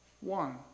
one